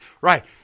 Right